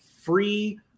free